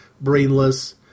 brainless